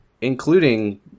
including